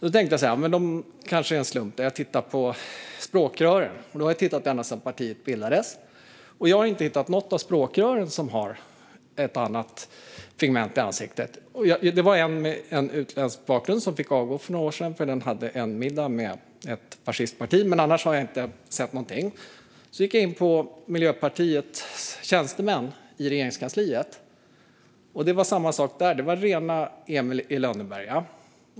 Jag tänkte att det kanske var en slump och tittade på språkrören ända sedan partiet bildades. Jag har inte hittat något av språkrören som har ett annat pigment i ansiktet. För några år sedan fanns det ett miljöpartistiskt statsråd med utländsk bakgrund som fick avgå på grund av deltagande i en middag med ett fascistparti, men annars har jag inte sett någonting. Jag gick vidare och tittade på Miljöpartiets tjänstemän i Regeringskansliet. Det var samma sak där - rena Emil i Lönneberga.